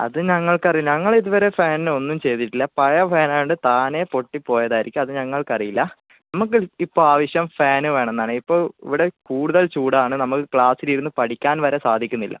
അത് ഞങ്ങൾക്കറില്ല ഞങ്ങളിത് വരെ ഫാനിനെ ഒന്നും ചെയ്തിട്ടില്ല പഴയ ഫാനായത് കൊണ്ട് താനെ പൊട്ടി പോയതായിരിക്കും അത് ഞങ്ങൾക്കറിയില്ല നമുക്ക് ഇപ്പം ആവശ്യം ഫാന് വേണമെന്നാണ് ഇപ്പോൾ ഇവിടെ കൂടുതൽ ചൂടാണ് നമ്മൾ ക്ലാസിലിരുന്ന് പഠിക്കാൻ വരെ സാധിക്കുന്നില്ല